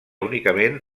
únicament